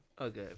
Okay